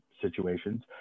situations